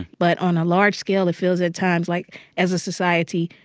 but on a large scale, it feels at times like as a society,